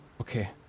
Okay